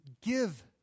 give